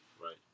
right